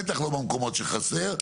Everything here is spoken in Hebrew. בטח לא במקומות שחסר.